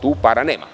Tu para nema.